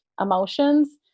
emotions